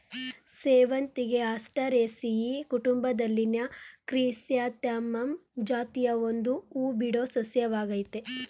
ಸೇವಂತಿಗೆ ಆಸ್ಟರೇಸಿಯಿ ಕುಟುಂಬದಲ್ಲಿನ ಕ್ರಿಸ್ಯಾಂಥಮಮ್ ಜಾತಿಯ ಒಂದು ಹೂಬಿಡೋ ಸಸ್ಯವಾಗಯ್ತೆ